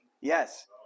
Yes